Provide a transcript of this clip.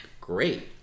Great